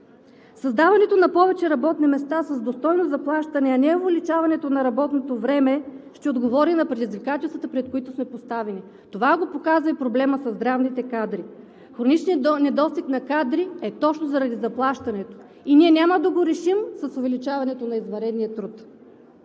Създаването на повече работни места с достойно заплащане, а не увеличаването на работното време ще отговори на предизвикателствата, пред които сме поставени. Това го показа и проблемът със здравните кадри. Хроничният недостиг на кадри е тежък и няма да го решим с увеличаването на извънредния труд.